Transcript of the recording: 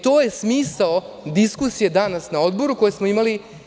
To je smisao diskusije danas na Odboru koji smo imali.